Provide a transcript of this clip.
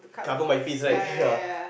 cover my face right ya